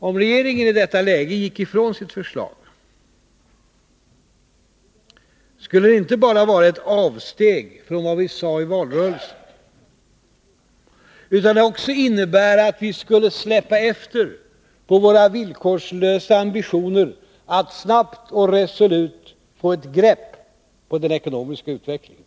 Om regeringen i detta läge gick ifrån sitt förslag, skulle det inte bara vara ett avsteg från vad vi sade i valrörelsen utan också innebära att vi skulle släppa efter på våra villkorslösa ambitioner att snabbt och resolut få ett grepp Nr 50 om den ekonomiska utvecklingen.